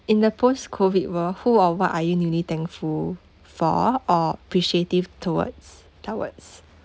in the post COVID world who or what are you really thankful for or appreciate towards towards